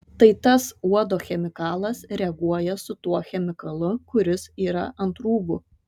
tai tas uodo chemikalas reaguoja su tuo chemikalu kuris yra ant rūbų